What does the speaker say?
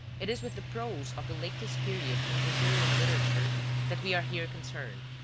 it is with the prose of the latest period in brazilian literature that we are here concerned.